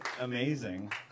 amazing